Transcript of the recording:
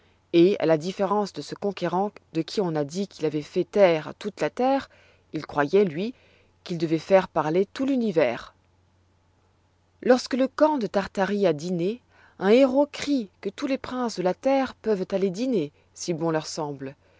et à la différence de ce conquérant de qui on a dit qu'il avoit fait taire toute la terre il croyoit lui qu'il devoit faire parler tout l'univers quand le khan de tartarie a dîné un héraut crie que tous les princes de la terre peuvent aller dîner si bon leur semble